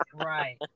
Right